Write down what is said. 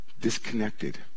disconnected